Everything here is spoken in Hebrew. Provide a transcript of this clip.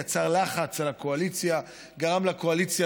יצרה לחץ על הקואליציה וגרמה לקואליציה